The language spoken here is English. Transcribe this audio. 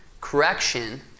correction